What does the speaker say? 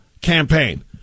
campaign